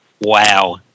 Wow